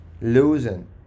losing